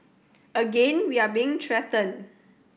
again we are being threatened